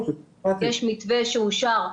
יש מתווה שאושר ב-21.6,